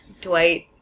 Dwight